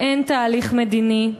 אין תהליך מדיני,